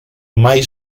mai